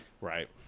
Right